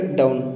down